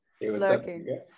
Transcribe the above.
lurking